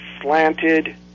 slanted